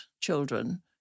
children